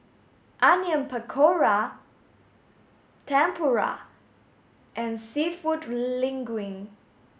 onion pakora tempura and seafood linguine